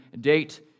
Date